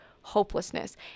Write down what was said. hopelessness